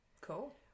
Cool